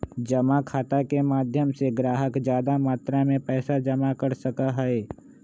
जमा खाता के माध्यम से ग्राहक ज्यादा मात्रा में पैसा जमा कर सका हई